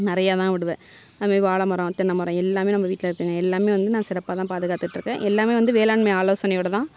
நிறையாதான் விடுவே அதுமாதிரி வாழை மரம் தென்னை மரம் எல்லாம் நம்ம வீட்டில் இருக்குங்க எல்லாம் வந்து நான் சிறப்பாதான் பாதுகாத்துட்டு இருக்கேன் எல்லாம் வந்து வேளாண்மை ஆலோசனையோட தான்